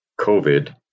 COVID